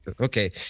okay